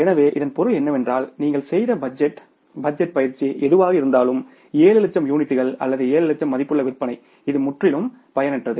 எனவே இதன் பொருள் என்னவென்றால் நீங்கள் செய்த பட்ஜெட் பட்ஜெட் பயிற்சி எதுவாக இருந்தாலும் 7 லட்சம் அலகுகள் அல்லது 7 லட்சம் மதிப்புள்ள விற்பனை இது முற்றிலும் பயனற்றது